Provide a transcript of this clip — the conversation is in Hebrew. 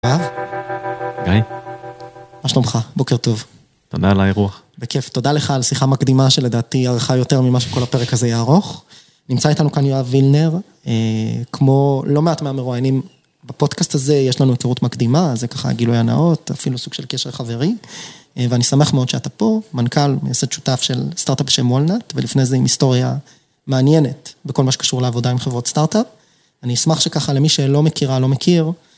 יואב, מה שלומך? בוקר טוב. תודה על האירוח. בכיף, תודה לך על שיחה מקדימה שלדעתי ארכה יותר ממה שכל הפרק הזה יארוך. נמצא איתנו כאן יואב וילנר, כמו לא מעט מהמרואיינים בפודקאסט הזה, יש לנו היכרות מקדימה, זה ככה גילוי נאות, אפילו סוג של קשר חברי, ואני שמח מאוד שאתה פה, מנכל מייסד שותף של סטארטאפ בשם וולנט, ולפני זה עם היסטוריה מעניינת בכל מה שקשור לעבודה עם חברות סטארטאפ. אני אשמח שככה למי שלא מכירה, לא מכיר.